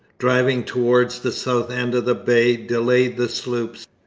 driving towards the south end of the bay, delayed the sloops.